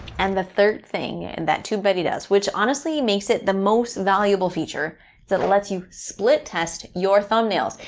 and the third thing and that tube buddy does, which honestly makes it the most valuable feature that lets you split-test your thumbnails.